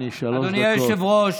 אדוני היושב-ראש,